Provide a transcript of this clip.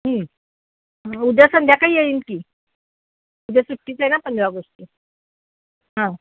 उद्या संध्याकाळी येईन की उद्या सुट्टीच आहे ना पंधरा ऑगस्टची हां